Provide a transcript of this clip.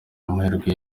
amahirwe